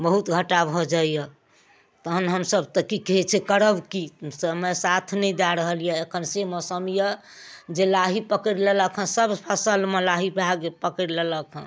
बहुत घाटा भऽ जाइया तहन हमसभ तऽ कि कहै छै करब की समय साथ नहि दए रहल यऽ एखन से मौसम यऽ जे लाही पकड़ि लेलक हँ सभ फसलमे लाही भए पकड़ि लेलक हँ